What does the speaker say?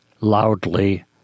Loudly